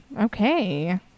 Okay